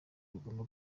bigomba